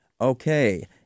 Okay